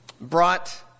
brought